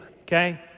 okay